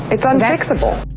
it's and unfixable.